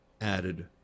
added